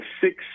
six